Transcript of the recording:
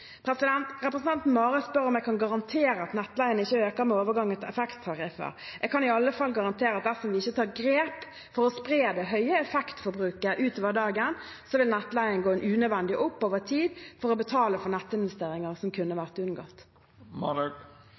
Representanten Marhaug spør om jeg kan garantere at nettleien ikke øker med overgangen til effekttariffer. Jeg kan i alle fall garantere at dersom vi ikke tar grep for å spre det høye effektforbruket utover dagen, vil nettleien gå unødvendig opp over tid for å betale for nettinvesteringer som kunne ha vært unngått.